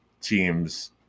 teams